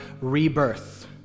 rebirth